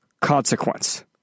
consequence